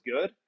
good